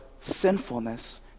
sinfulness